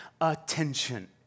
attention